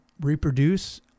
reproduce